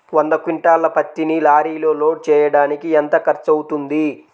వంద క్వింటాళ్ల పత్తిని లారీలో లోడ్ చేయడానికి ఎంత ఖర్చవుతుంది?